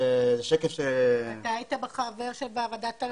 אתה היית חבר בוועדת פלמור.